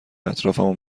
اطرافمو